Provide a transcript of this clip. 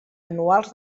anuals